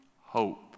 hope